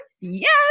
Yes